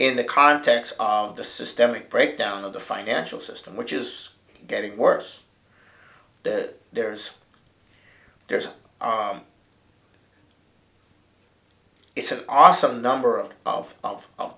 in the context of the systemic breakdown of the financial system which is getting worse that there's there's it's an awesome number of of of